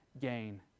gain